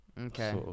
Okay